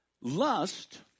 Lust